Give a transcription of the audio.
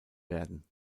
werden